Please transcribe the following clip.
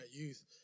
youth